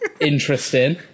interesting